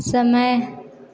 समय